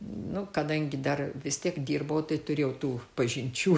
nu kadangi dar vis tiek dirbau tai turėjau tų pažinčių